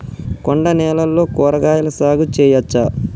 కొండ నేలల్లో కూరగాయల సాగు చేయచ్చా?